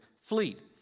Fleet